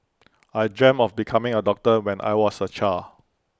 I dreamt of becoming A doctor when I was A child